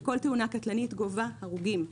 כל תאונה קטלנית גובה הרוגים.